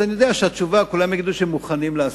אני יודע שכולם יגידו שהם מוכנים לעשות,